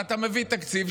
ואתה מביא תקציב,